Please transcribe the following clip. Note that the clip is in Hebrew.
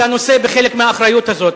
לא רצית, אתה נושא בחלק מהאחריות הזאת.